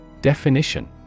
Definition